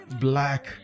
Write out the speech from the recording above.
black